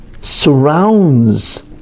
surrounds